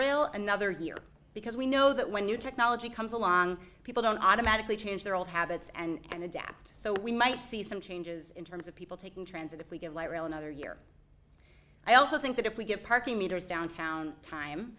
and another year because we know that when new technology comes along people don't automatically change their old habits and adapt so we might see some changes in terms of people taking transit if we get a light rail another year i also think that if we get parking meters downtown time